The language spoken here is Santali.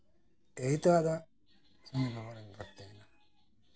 ᱮᱭᱛᱳ ᱟᱫᱚ ᱥᱚᱝᱜᱤᱛ ᱵᱷᱚᱵᱚᱱ ᱨᱤᱧ ᱵᱷᱚᱨᱛᱤ ᱭᱮᱱᱟ